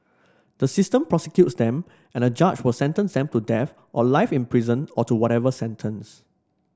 the system prosecutes them and a judge will sentence them to death or life in prison or to whatever sentence